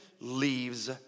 leaves